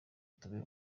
tube